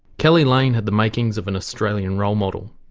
keli lane had the makings of an australian role model.